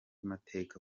mateka